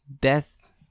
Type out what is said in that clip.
Death